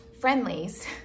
friendlies